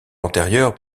antérieures